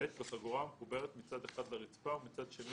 בחגורה המחוברת מצד אחד לרצפה ומצד שני